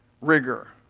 rigor